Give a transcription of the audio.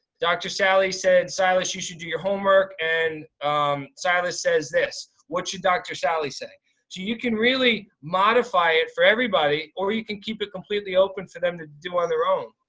dr. sally said, silas you should do your homework. and silas says this. what should dr. sally say? so you can really modify it for everybody, or you can keep it completely open for them to do on their own.